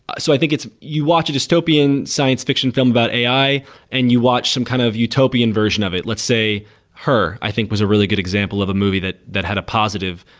so i think it's you watch a dystopian science fiction film about ai and you watch some kind of utopian version of it. let's say her, i think was a really good example of a movie that that had a positive,